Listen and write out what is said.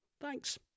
thanks